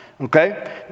Okay